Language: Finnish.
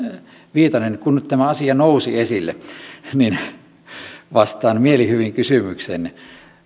viitanen kun nyt tämä asia nousi esille niin vastaan mielihyvin kysymykseenne